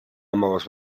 hamabost